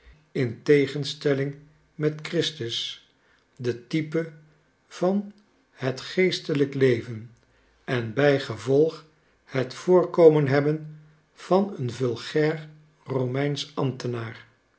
in tegenstelling met christus de type van het geestelijk leven en bijgevolg het voorkomen hebben van een vulgair romeinsch ambtenaar